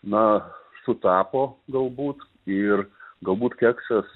na sutapo galbūt ir galbūt keksas